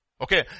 Okay